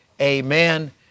amen